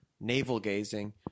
navel-gazing